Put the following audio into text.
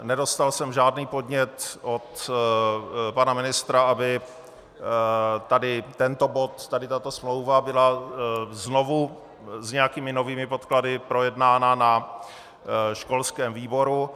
Nedostal jsem žádný podnět od pana ministra, aby tady tento bod, tady tato smlouva byla znovu s nějakými novými podklady projednána na školském výboru.